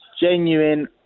genuine